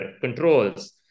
controls